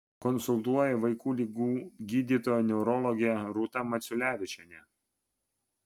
konsultuoja vaikų ligų gydytoja neurologė rūta maciulevičienė